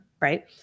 right